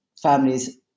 families